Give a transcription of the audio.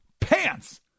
pants